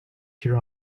here